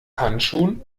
handschuhen